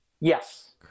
Yes